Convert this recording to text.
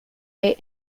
and